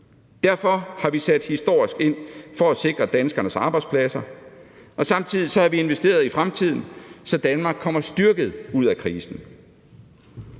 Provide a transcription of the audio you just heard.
Derfor har vi sat historisk ind for at sikre danskernes arbejdspladser, og samtidig har vi investeret i fremtiden, så Danmark kommer styrket ud af krisen.